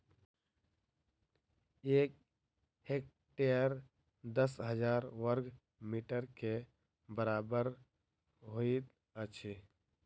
एक हेक्टेयर दस हजार बर्ग मीटर के बराबर होइत अछि